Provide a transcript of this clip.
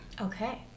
Okay